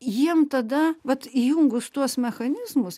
jiem tada vat įjungus tuos mechanizmus